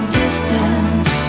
distance